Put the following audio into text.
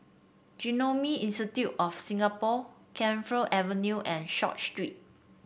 Genome Institute of Singapore Camphor Avenue and Short Street